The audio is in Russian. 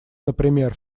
например